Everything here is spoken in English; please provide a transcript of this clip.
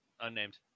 Unnamed